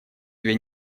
две